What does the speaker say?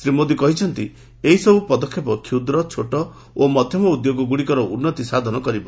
ଶ୍ରୀ ମୋଦି କହିଛନ୍ତି ଏହିସବୁ ପଦକ୍ଷେପ କ୍ଷୁଦ୍ର ଛୋଟ ଓ ମଧ୍ୟମ ଉଦ୍ୟୋଗ ଗୁଡ଼ିକର ଉନ୍ନତି ସାଧନ କରିବ